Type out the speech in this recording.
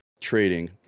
trading